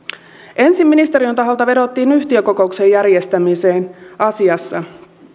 ensin ministeriön taholta vedottiin yhtiökokouksen järjestämiseen asiassa